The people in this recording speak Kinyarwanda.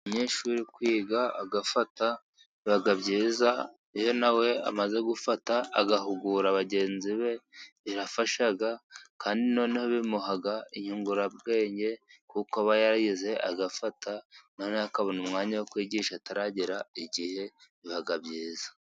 Umunyeshuri kwiga agafata biba byiza, iyo nawe amaze gufata agahugura bagenzi be, birafasha, kandi noneho bimuha inyungurabwenge, kuko aba yarize agafata, nawe akabona umwanya wo kwigisha ataragera igihe, biba byiza.